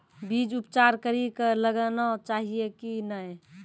बीज उपचार कड़ी कऽ लगाना चाहिए कि नैय?